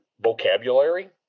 vocabulary